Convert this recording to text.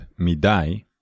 midai